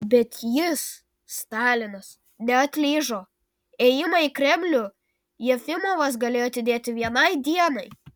bet jis stalinas neatlyžo ėjimą į kremlių jefimovas galėjo atidėti vienai dienai